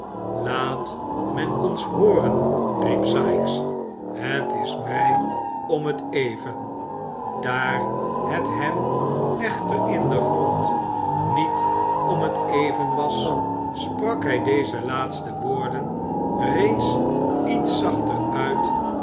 laat men ons hooren riep sikes het is mij om het even daar het hem echter in den grond niet om het even was sprak hij deze laatste woorden reeds iets zachter uit